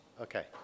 Okay